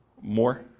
More